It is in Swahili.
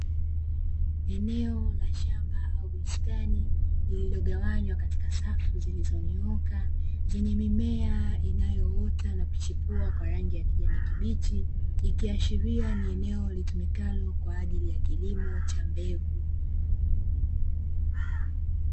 Eneo la shamba au bustani lililogawanywa katika safu zilizonyooka, zenye mimea inayoota na kuchipua kwa rangi ya kijani kibichi, ikiashiria ni eneo litumikalo kwa ajili ya kilimo cha mbegu.